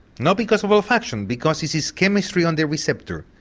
not because of olfaction because this is chemistry on the receptor.